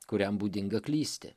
kuriam būdinga klysti